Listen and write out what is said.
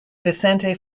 vicente